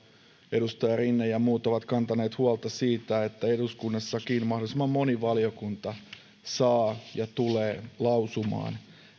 edustaja rinne ja muut ovat kantaneet huolta siitä että eduskunnassakin mahdollisimman moni valiokunta saa lausua ja tulee lausumaan